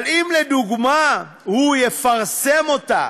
אבל אם לדוגמה הוא יפרסם אותה,